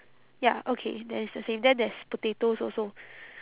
ya okay then it's the same then there's potatoes also